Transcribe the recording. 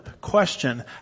Question